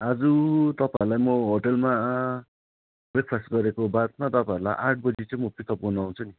आज तपाईँहरलाई म होटेलमा ब्रेक फास्ट गरेको बादमा तपाईँहरूलाई आठ बजी चाहिँ म पिक अप गर्नु आउँछु नि